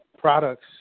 products